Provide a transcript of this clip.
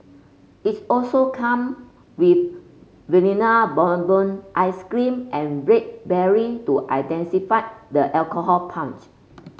its also come with Vanilla Bourbon ice cream and red berry to intensify the alcohol punch